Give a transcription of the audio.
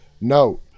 Note